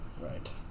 right